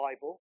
Bible